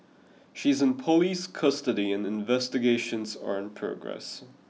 she is in police custody and investigations are in progress